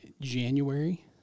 January